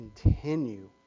continue